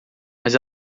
mas